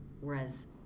whereas